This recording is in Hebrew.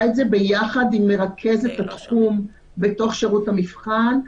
את זה ביחד עם מרכזת התחום בשירות המבחן.